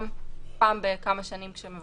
פעם בכמה שנים.